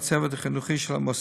הצוות החינוכי של המוסד,